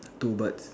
two birds